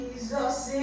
Jesus